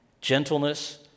gentleness